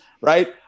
Right